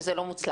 וזה לא מוצלח.